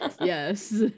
Yes